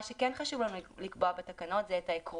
מה שכן חשוב לנו לקבוע בתקנות זה את העקרונות.